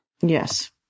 Yes